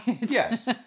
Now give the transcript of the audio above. yes